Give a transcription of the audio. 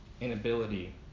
inability